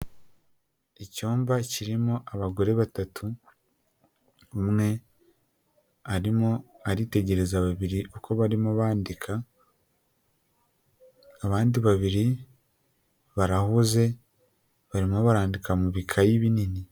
Icyumba kirimo abagore batatu umwe arimo aritegereza babiri uko barimo bandika, abandi babiri barahuze barimo barandika mu bikayi binini.